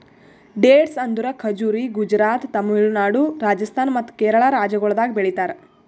dates ಅಂದುರ್ ಖಜುರಿ ಗುಜರಾತ್, ತಮಿಳುನಾಡು, ರಾಜಸ್ಥಾನ್ ಮತ್ತ ಕೇರಳ ರಾಜ್ಯಗೊಳ್ದಾಗ್ ಬೆಳಿತಾರ್